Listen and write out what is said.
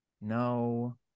No